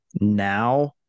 now